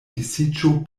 disiĝo